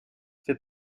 fait